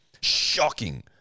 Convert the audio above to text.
Shocking